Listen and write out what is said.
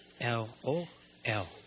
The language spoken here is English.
L-O-L